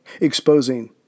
exposing